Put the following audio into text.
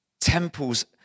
Temples